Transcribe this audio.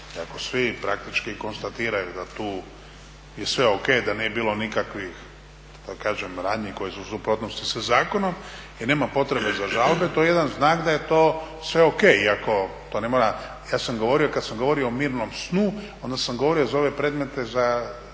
iako svi praktički konstatiraju da tu je sve ok da nije bilo nikakvih da kažem radnji koje su u suprotnosti sa zakonom jer nema potrebe za žalbom. To je jedan znak da je to sve ok iako to ne mora, i ja sam govorio kad sam govorio o mirnom snu, onda sam govorio za ove predmete za